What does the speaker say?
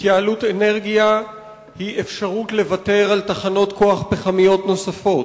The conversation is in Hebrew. התייעלות אנרגיה היא אפשרות לוותר על תחנות כוח פחמיות נוספות.